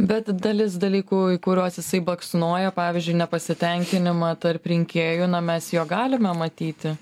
bet dalis dalykų į kuriuos jisai baksnoja pavyzdžiui nepasitenkinimą tarp rinkėjų na mes jo galime matyti